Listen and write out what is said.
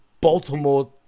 Baltimore